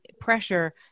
pressure